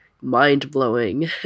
mind-blowing